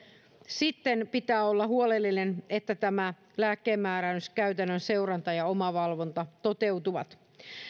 sitten pitää olla huolellinen niin että lääkkeenmääräyskäytännön seuranta ja omavalvonta toteutuvat